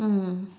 mm